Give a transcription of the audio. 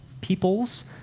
peoples